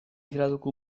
graduko